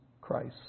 Christ